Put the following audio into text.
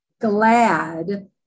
glad